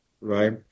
right